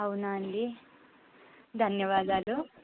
అవునాండి ధన్యవాదాలు